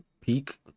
Peak